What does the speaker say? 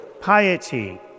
piety